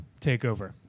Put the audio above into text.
takeover